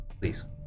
Please